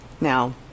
Now